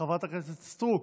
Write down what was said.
חברת הכנסת סטרוק,